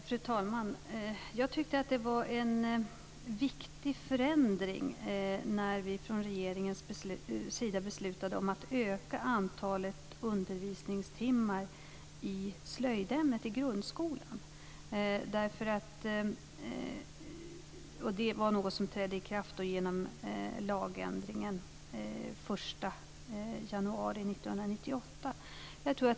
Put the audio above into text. Fru talman! Jag tyckte att det var en viktig förändring när regeringen beslutade om att öka antalet undervisningstimmar i slöjdämnet i grundskolan. Detta var något som trädde i kraft genom lagändringen den 1 januari 1998.